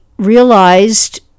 realized